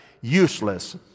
useless